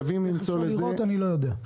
איך אפשר לראות אני לא יודע.